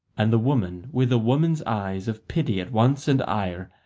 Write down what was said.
and the woman, with a woman's eyes of pity at once and ire,